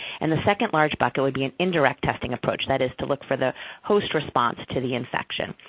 and the second large bucket would be an indirect testing approach. that is to look for the host response to the infection.